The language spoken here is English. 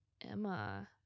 Emma